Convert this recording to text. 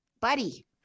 buddy